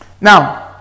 Now